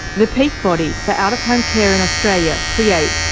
the peak body for out-of-home care in australia, create,